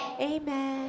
Amen